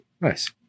Nice